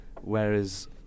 Whereas